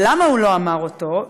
ולמה הוא לא אמר אותו?